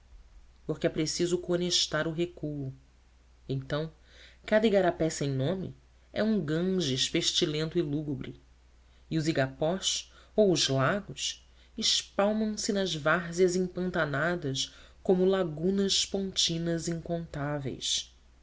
porque é preciso coonestar o recuo então cada igarapé sem nome é um ganges pestilento e lúgubre e os igapós ou os lagos espalmam se nas várzeas empantanadas como lagunas pontinas incontáveis